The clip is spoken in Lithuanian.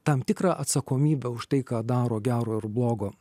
tam tikrą atsakomybę už tai ką daro gero ir blogo